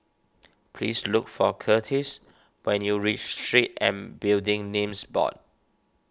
please look for Curtiss when you reach Street and Building Names Board